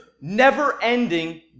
never-ending